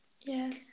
Yes